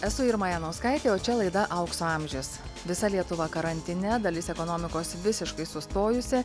esu irma janauskaitė o čia laida aukso amžius visa lietuva karantine dalis ekonomikos visiškai sustojusi